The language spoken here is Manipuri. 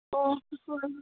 ꯑꯣ ꯍꯣꯏ ꯍꯣꯏ